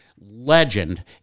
legend